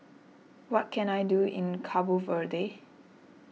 what can I do in Cabo Verde